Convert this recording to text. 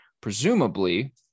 Presumably